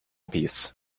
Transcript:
peace